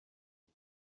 who